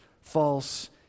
false